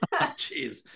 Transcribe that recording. Jeez